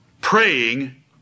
praying